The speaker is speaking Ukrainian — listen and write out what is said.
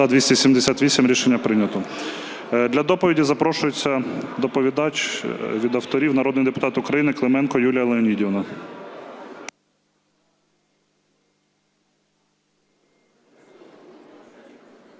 доповідач від авторів народний депутат України Клименко Юлія Леонідівна.